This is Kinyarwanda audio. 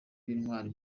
b’intwari